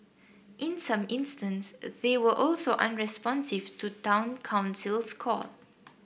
in some instances they were also unresponsive to Town Council's call